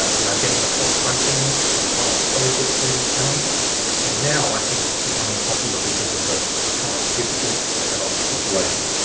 you know getting a cross-functional one-off project teams going and now i think it's becoming popular because of the the current difficult economic situation.